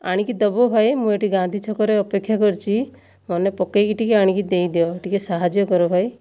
ଆଣିକି ଦେବ ଭାଇ ମୁଁ ଏଠି ଗାନ୍ଧୀ ଛକରେ ଅପେକ୍ଷା କରିଛି ମନେ ପକାଇକି ଟିକିଏ ଆଣିକି ଦେଇଦିଅ ଟିକିଏ ସାହାଯ୍ୟ କର ଭାଇ